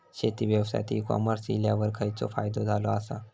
शेती व्यवसायात e commerce इल्यावर खयचो फायदो झालो आसा?